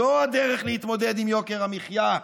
זו הדרך להתמודד עם יוקר המחיה.